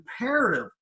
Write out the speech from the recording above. imperative